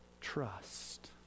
trust